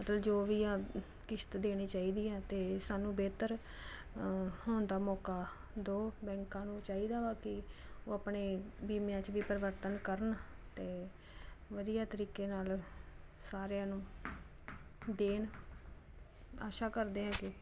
ਮਤਲਬ ਜੋ ਵੀ ਆ ਕਿਸ਼ਤ ਦੇਣੀ ਚਾਹੀਦੀ ਆ ਅਤੇ ਸਾਨੂੰ ਬਿਹਤਰ ਹੋਣ ਦਾ ਮੌਕਾ ਦਿਓ ਬੈਂਕਾਂ ਨੂੰ ਚਾਹੀਦਾ ਵਾ ਕਿ ਉਹ ਆਪਣੇ ਬੀਮਿਆਂ 'ਚ ਵੀ ਪਰਿਵਰਤਨ ਕਰਨ ਅਤੇ ਵਧੀਆ ਤਰੀਕੇ ਨਾਲ ਸਾਰਿਆਂ ਨੂੰ ਦੇਣ ਆਸ਼ਾ ਕਰਦੇ ਹੈਗੇ